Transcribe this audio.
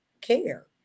care